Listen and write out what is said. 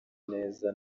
neza